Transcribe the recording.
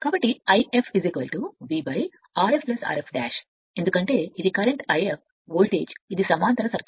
కాబట్టి If VRf Rf ఎందుకంటే ఇది ప్రస్తుత If వోల్టేజ్ ఇది సమాంతర సర్క్యూట్